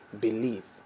believe